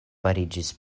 fariĝis